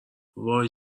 وای